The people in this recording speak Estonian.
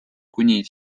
kuni